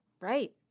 right